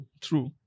True